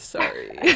Sorry